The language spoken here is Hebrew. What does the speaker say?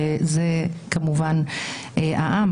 שזה כמובן העם,